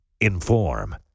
Inform